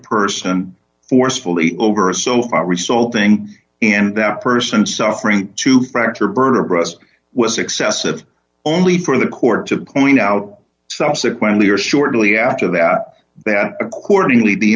person forcefully over a sofa resoled thing and that person suffering to fracture birder breast was excessive only for the court to point out subsequently or shortly after that that accordingly the